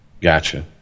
Gotcha